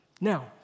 Now